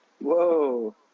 Whoa